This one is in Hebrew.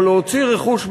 או להוציא רכוש,